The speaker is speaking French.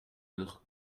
notre